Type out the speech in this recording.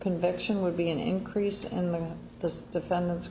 conviction would be an increase and the defendant